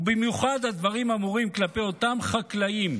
ובמיוחד הדברים אמורים כלפי אותם חקלאים,